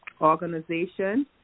organization